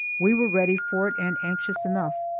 we were ready for it, and anxious enough.